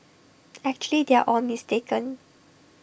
actually they are all mistaken